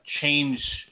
change